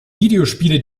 videospiele